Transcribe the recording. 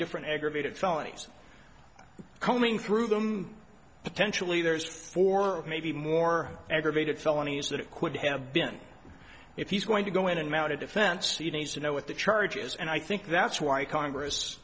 different aggravated felonies combing through them potentially there's four maybe more aggravated felonies that quick have been if he's going to go in and mount a defense you need to know what the charges and i think that's why congress